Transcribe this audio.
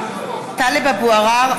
(קוראת בשמות חברי הכנסת) טלב אבו עראר,